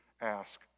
ask